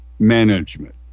management